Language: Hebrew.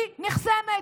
היא נחסמת,